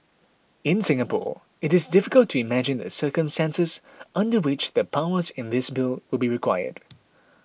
in Singapore it is difficult to imagine the circumstances under which the powers in this Bill would be required